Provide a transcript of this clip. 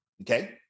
Okay